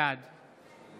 בעד